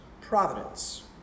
Providence